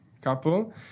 couple